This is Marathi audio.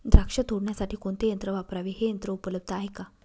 द्राक्ष तोडण्यासाठी कोणते यंत्र वापरावे? हे यंत्र उपलब्ध आहे का?